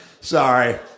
Sorry